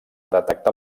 detectar